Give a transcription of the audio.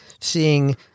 seeing